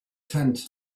tent